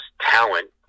talent